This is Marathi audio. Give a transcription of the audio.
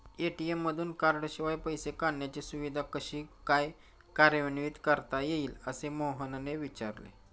ए.टी.एम मधून कार्डशिवाय पैसे काढण्याची सुविधा कशी काय कार्यान्वित करता येईल, असे मोहनने विचारले